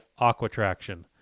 Aquatraction